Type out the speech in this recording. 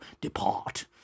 depart